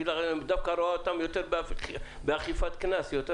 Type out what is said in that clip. ויגידו שרואים אותם דווקא יותר באכיפת קנסות.